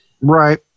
Right